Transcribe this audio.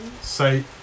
Say